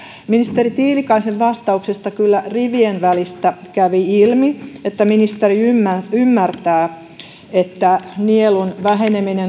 ministeri tiilikaisen vastauksesta kyllä rivien välistä kävi ilmi että ministeri ymmärtää ymmärtää että nielun väheneminen